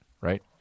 right